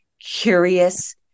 curious